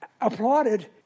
applauded